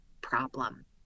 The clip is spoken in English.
problem